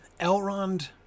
Elrond